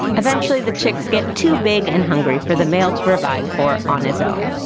eventually the chicks get too big and hungry for the male to provide for on his own,